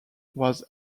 was